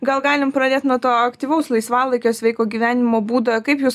gal galim pradėt nuo to aktyvaus laisvalaikio sveiko gyvenimo būdo kaip jūs